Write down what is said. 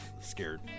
scared